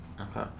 Okay